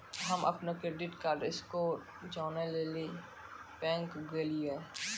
हम्म अपनो credit card score जानै लेली बैंक गेलियै